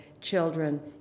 children